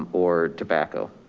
um or tobacco?